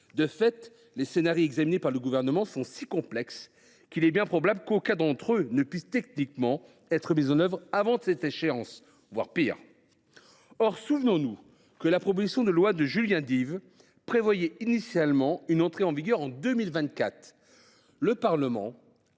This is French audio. De fait, les scénarios examinés par le Gouvernement sont si complexes qu’il est probable qu’aucun d’entre eux ne puisse techniquement être mis en œuvre avant cette date, voire plus tard. Or souvenons nous que la proposition de loi de Julien Dive prévoyait initialement une entrée en vigueur en 2024.